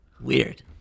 weird